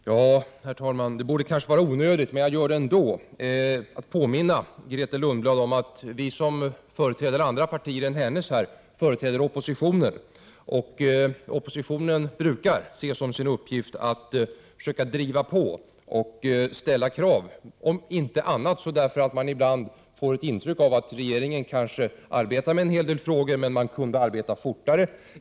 Herr talman! Det kanske är onödigt att, men jag gör det ändå, påminna Grethe Lundblad om att vi som företräder andra partier än hennes parti företräder oppositionen, och oppositionen brukar se som sin uppgift att försöka driva på och ställa krav, om inte annat därför att man ibland får ett intryck av att regeringen visserligen arbetar med en hel del frågor men kunde arbeta fortare.